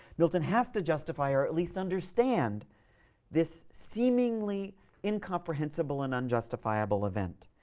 milton has to justify or at least understand this seemingly incomprehensible and unjustifiable event.